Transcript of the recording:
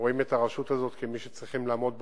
רואים ברשות הזאת מי שצריך לעמוד בחזית.